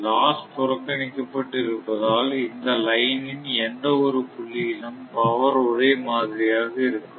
loss புறக்கணிக்கப்பட்டு இருப்பதால் இந்த லைனின் எந்த ஒரு புள்ளியிலும் பவர் ஒரே மாதிரியாக இருக்கும்